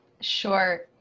Sure